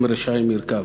שם רשעים ירקב.